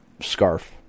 scarf